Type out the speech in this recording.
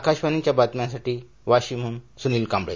आकाशवाणीच्या बातम्यांसाठी वाशिमहन सुनील कांबळे